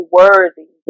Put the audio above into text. worthy